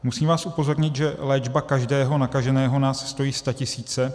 Musím vás upozornit, že léčba každého nakaženého nás stojí statisíce.